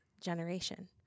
generation